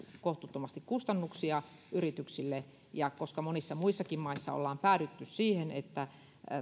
kohtuuttomasti kustannuksia yrityksille ja koska monissa muissakin maissa ollaan päädytty siihen että